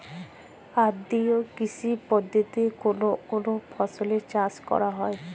আদ্র কৃষি পদ্ধতিতে কোন কোন ফসলের চাষ করা হয়?